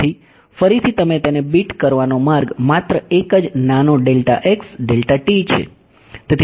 તેથી ફરીથી તમે તેને બીટ કરવાનો માર્ગ માત્ર એક જ નાનો છે